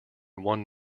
one